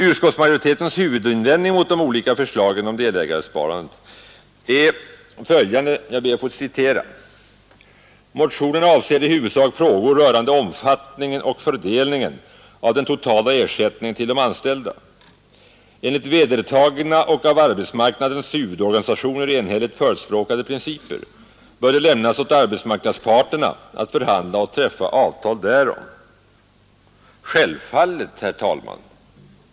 Utskottsmajoritetens huvudinvändning mot de olika förslagen om delägarsparandet är följande — jag ber att få citera ur betänkandet: ”Motionerna avser i huvudsak frågor rörande omfattningen och fördelningen av den totala ersättningen till de anställda. Enligt vedertagna och av arbetsmarknadens huvudorganisationer enhälligt förespråkade principer bör det lämnas åt arbetsmarknadsparterna att förhandla och träffa avtal därom.” Ja, självfallet, herr talman!